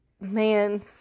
man